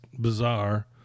bizarre